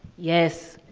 yes.